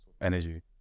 energy